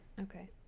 Okay